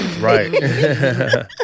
right